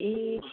ए